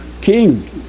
king